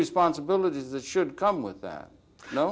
responsibilities that should come with that